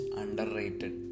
underrated